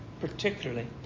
Particularly